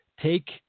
take